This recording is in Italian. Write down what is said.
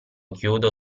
chiodo